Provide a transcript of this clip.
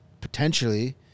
potentially